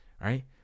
right